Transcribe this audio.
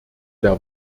der